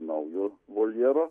naujo voljero